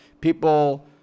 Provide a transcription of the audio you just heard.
people